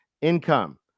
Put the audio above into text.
Income